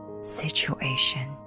situation